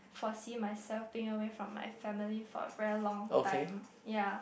foresee myself think away from my family for a very long time ya